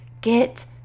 get